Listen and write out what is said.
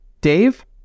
Dave